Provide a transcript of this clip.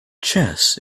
chess